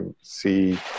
see